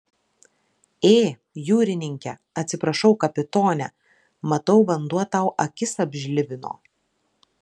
ė jūrininke atsiprašau kapitone matau vanduo tau akis apžlibino